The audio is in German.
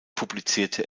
publizierte